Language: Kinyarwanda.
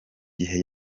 gihe